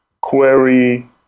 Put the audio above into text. query